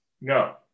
no